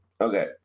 Okay